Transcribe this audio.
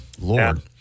Lord